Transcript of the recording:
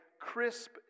crisp